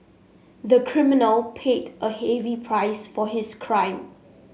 the criminal paid a heavy price for his crime